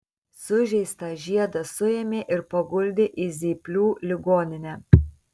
sužeistą žiedą suėmė ir paguldė į zyplių ligoninę